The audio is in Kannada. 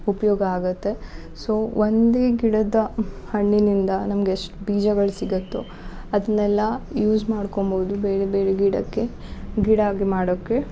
ಉಪಯೋಗ ಆಗುತ್ತೆ ಸೊ ಒಂದೇ ಗಿಡದ ಹಣ್ಣಿನಿಂದ ನಮ್ಗೆ ಎಷ್ಟು ಬೀಜಗಳು ಸಿಗುತ್ತೋ ಅದನ್ನೆಲ್ಲ ಯೂಸ್ ಮಾಡ್ಕೊಳ್ಬೋದು ಬೇರೆ ಬೇರೆ ಗಿಡಕ್ಕೆ ಗಿಡ ಆಗಿ ಮಾಡೋಕ್ಕೆ